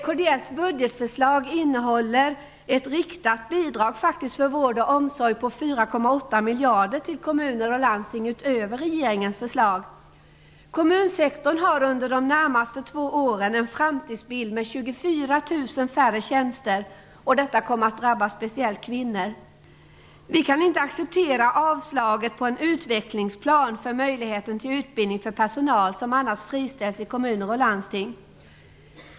Kds budgetförslag innehåller ett riktat bidrag för vård och omsorg till kommuner och landsting på 4,8 miljarder utöver regeringens förslag. I kommunsektorns framtidsbild för de närmaste två åren finns 24 000 färre tjänster. Detta kommer speciellt att drabba kvinnor. Vi kan inte acceptera avslaget på en utvecklingsplan för möjligheten till utbildning för personal som annars friställs i kommuner och landsting.